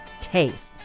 tastes